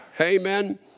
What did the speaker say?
Amen